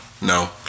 No